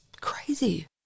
crazy